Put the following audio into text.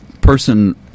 person